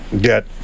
get